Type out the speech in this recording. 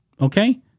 Okay